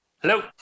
Hello